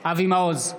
אבי מעוז,